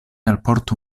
alportu